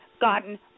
gotten